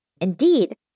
Indeed